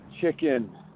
chicken